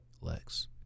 Lex